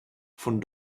von